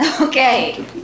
Okay